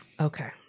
Okay